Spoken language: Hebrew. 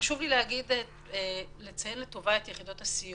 חשוב לי לציין לטובה את יחידות הסיוע.